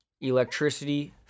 electricity